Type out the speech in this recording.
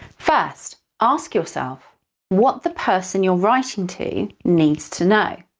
first, ask yourself what the person you're writing to needs to know.